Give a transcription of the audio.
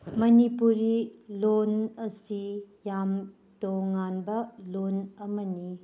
ꯃꯅꯤꯄꯨꯔꯤ ꯂꯣꯟ ꯑꯁꯤ ꯌꯥꯝ ꯇꯣꯉꯥꯟꯕ ꯂꯣꯟ ꯑꯃꯅꯤ